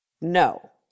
No